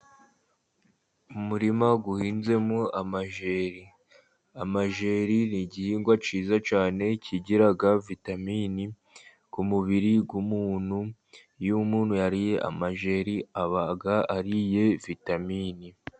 Umurima uhinzemo amajeri. Amajeri ni igihingwa cyiza cyane kigira vitamini ku mubiri w'umuntu. Iyo umuntu yariye amajeri aba yariye vitamini.